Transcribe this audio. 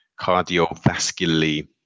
cardiovascularly